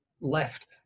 left